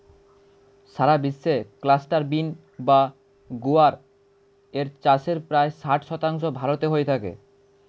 সারা বিশ্বে cluster bean বা গুয়ার এর চাষের প্রায় ষাট শতাংশ ভারতে হয়ে থাকে